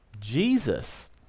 Jesus